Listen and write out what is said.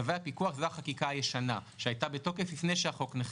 צווי הפיקוח זה החקיקה הישנה שהייתה בתוקף לפני שהחוק נחקק,